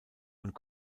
und